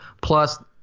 plus